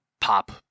pop